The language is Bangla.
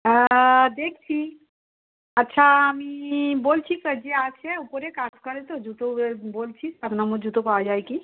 আ দেখছি আচ্ছা আমি বলছি তো যে আছে উপরে কাজ করে তো জুতো বলছি সাত নম্বর জুতো পাওয়া যায় কি